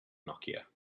nokia